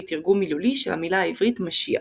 שהיא תרגום מילולי של המילה העברית "משיח".